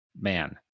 man